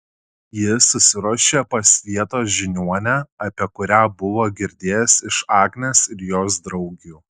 jis susiruošė pas vietos žiniuonę apie kurią buvo girdėjęs iš agnės ir jos draugių